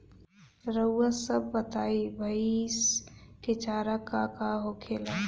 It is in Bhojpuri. रउआ सभ बताई भईस क चारा का का होखेला?